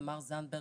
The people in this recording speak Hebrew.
תמר זנדברג,